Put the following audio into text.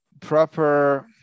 proper